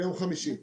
ביום חמישי האחרון.